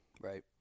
Right